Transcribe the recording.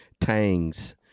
tangs